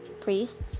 priests